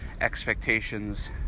expectations